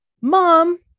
Mom